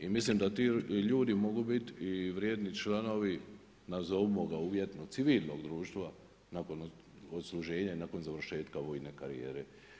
I mislim da ti ljudi mogu biti i vrijedni članovi nazovimo ga uvjetno civilnog društva nakon odsluženja i nakon završetka vojne karijere.